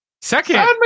Second